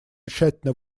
тщательно